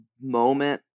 moment